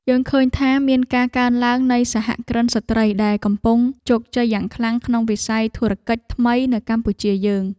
យើងឃើញថាមានការកើនឡើងនៃសហគ្រិនស្ត្រីដែលកំពុងជោគជ័យយ៉ាងខ្លាំងក្នុងវិស័យធុរកិច្ចថ្មីនៅកម្ពុជាយើង។